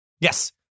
yes